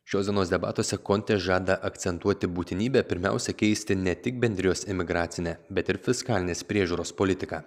šios dienos debatuose kontė žada akcentuoti būtinybę pirmiausia keisti ne tik bendrijos imigracinę bet ir fiskalinės priežiūros politiką